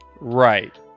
Right